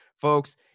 folks